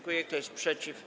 Kto jest przeciw?